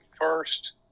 first